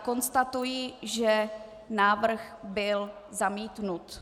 Konstatuji, že návrh byl zamítnut.